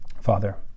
Father